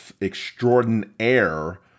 extraordinaire